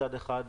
מצד אחד,